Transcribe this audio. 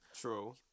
true